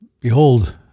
behold